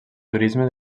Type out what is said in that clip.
turisme